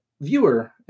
Viewer